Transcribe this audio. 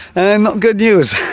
and not good news.